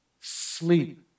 sleep